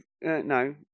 no